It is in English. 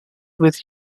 with